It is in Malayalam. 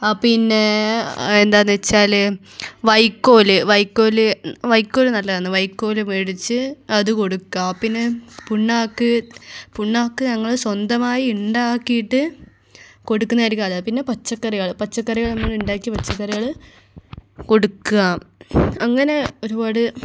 ആ പിന്നെ എന്താണെന്ന് വെച്ചാൽ വൈക്കോൽ വൈക്കോൽ വൈക്കോൽ നല്ലതാണ് വൈക്കോൽ മേടിച്ച് അത് കൊടുക്കുക പിന്നെ പിണ്ണാക്ക് പിണ്ണാക്ക് ഞങ്ങൾ സ്വന്തമായി ഉണ്ടാക്കിയിട്ട് കൊടുക്കുന്നതായിരിക്കും അത് പിന്നെ പച്ചക്കറികൾ പച്ചക്കറികൾ നമ്മൾ ഉണ്ടാക്കിയ പച്ചക്കറികൾ കൊടുക്കാം അങ്ങനെ ഒരുപാട്